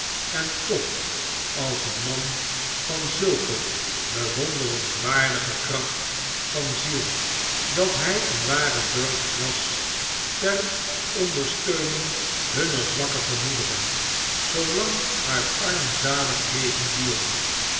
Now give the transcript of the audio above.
en toch als een man van zulke bewonderenswaardige kracht van ziel dat hi een ware burcht was ter ondersteuning hunner zwakke gemoederen zoolang haar armzalig leven duurde